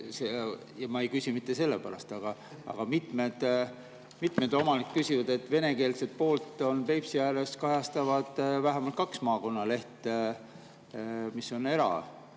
ma ei küsi mitte selle pärast. Mitmed omanikud küsivad, miks venekeelset poolt Peipsi ääres kajastavad vähemalt kaks maakonnalehte, mis on